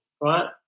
right